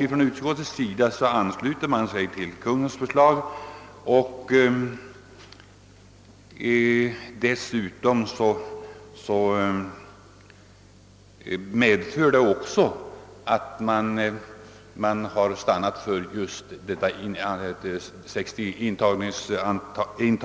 Ifrån utskottets sida ansluter man sig till Kungl. Maj:ts förslag om intagning